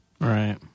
Right